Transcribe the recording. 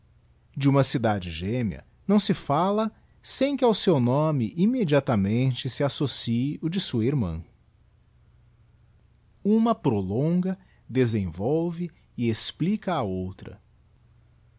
de uma cidade gémea não se falia sem que ao seu nome immediatamente se associe o de sua irmã uma prolonga desenvolve e explica a outra